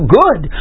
good